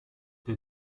der